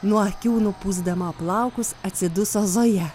nuo akių nupūsdama plaukus atsiduso zoja